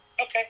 okay